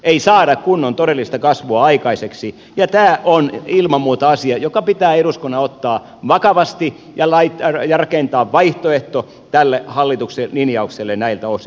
ei saada kunnon todellista kasvua aikaiseksi ja tämä on ilman muuta asia joka pitää eduskunnan ottaa vakavasti ja rakentaa vaihtoehto tälle hallituksen linjaukselle näiltä osin